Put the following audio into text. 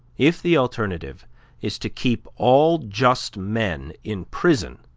if the alternative is to keep all just men in prison,